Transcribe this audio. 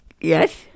Yes